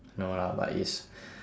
no lah but it's